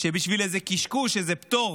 שבשביל איזה קשקוש, איזה פטור